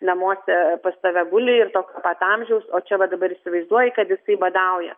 namuose pas tave guli ir tokio pat amžiaus o čia va dabar įsivaizduoji kad jisai badauja